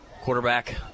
Quarterback